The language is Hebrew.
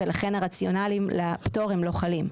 ולכן הרציונלים לפטורים לא חלים.